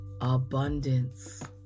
abundance